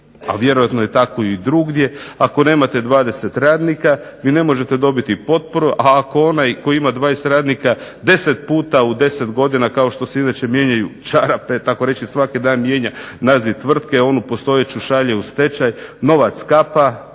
a vjerojatno je tako i drugdje, ako nemate 20 radnika vi ne možete dobiti potporu, a ako onaj tko ima 20 radnika 10 puta u 10 godina kao što se inače mijenjaju čarape tako reći mijenja naziv tvrtke onu postojeću šalje u stečaj, novac kapa,